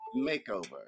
Makeover